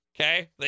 okay